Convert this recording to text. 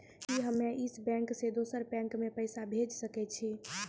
कि हम्मे इस बैंक सें दोसर बैंक मे पैसा भेज सकै छी?